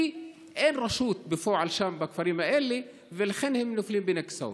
כי אין רשות בפועל שם בכפרים האלה ולכן הם נופלים בין הכיסאות.